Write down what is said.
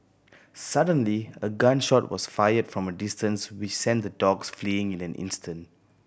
suddenly a gun shot was fired from a distance which sent the dogs fleeing in an instant